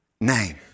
name